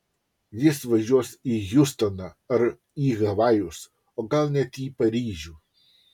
jis važiuos į hjustoną ar į havajus o gal net į paryžių